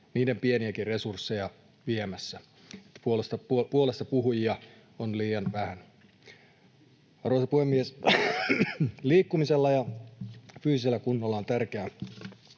niiden pieniäkin resursseja viemässä — puolestapuhujia on liian vähän. Arvoisa puhemies! Liikkumisella ja fyysisellä kunnolla on tärkeä